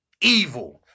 evil